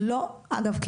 אגב,